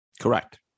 Correct